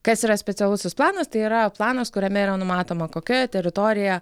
kas yra specialusis planas tai yra planas kuriame yra numatoma kokioje teritorijoje